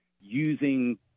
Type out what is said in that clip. using